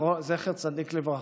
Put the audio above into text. זכר צדיק לברכה,